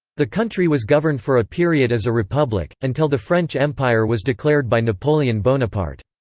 the country was governed for a period as a republic, until the french empire was declared by napoleon bonaparte.